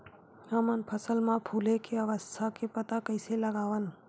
हमन फसल मा फुले के अवस्था के पता कइसे लगावन?